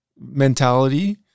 mentality